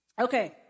Okay